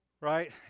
right